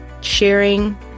sharing